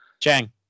Chang